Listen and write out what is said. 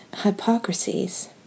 hypocrisies